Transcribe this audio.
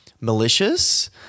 malicious